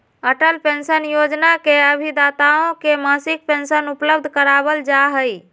Atal pension Yojana में अभिदाताओं के मासिक पेंशन उपलब्ध करावल जाहई